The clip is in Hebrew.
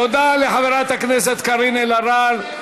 תודה לחברת הכנסת קארין אלהרר.